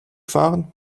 fahren